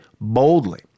boldly